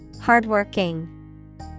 Hardworking